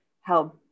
help